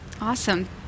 Awesome